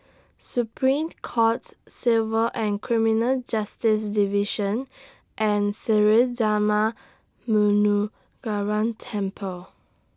Supreme Court Civil and Criminal Justice Division and Sri Darma Temple